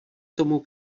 tomu